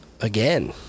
again